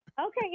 Okay